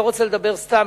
לא רוצה לדבר סתם,